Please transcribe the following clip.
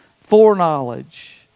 foreknowledge